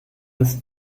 ist